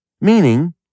Meaning